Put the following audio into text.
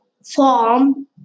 form